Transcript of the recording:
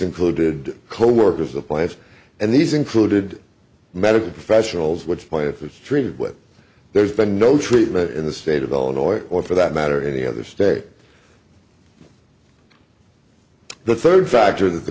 included coworkers of plants and these included medical professionals which point if it's treated with there's been no treatment in the state of illinois or for that matter any other state the third factor that the